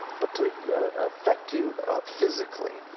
but to affect you physically.